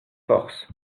force